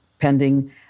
pending